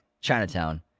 Chinatown